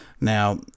now